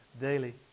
daily